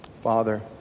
Father